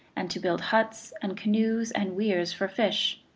and to build huts and canoes and weirs for fish.